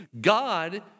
God